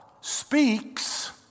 speaks